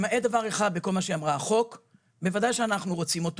למעט דבר אחד: בוודאי שאנחנו רוצים את החוק.